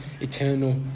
eternal